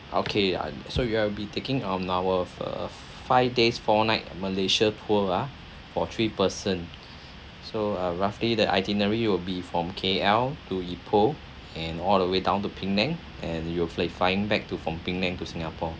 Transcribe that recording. okay uh so you will be taking on our uh five days four nights malaysia tour ah for three person so uh roughly the itinerary will be from K_L to ipoh and all the way down to penang and you'll fle~ flying back to from penang to singapore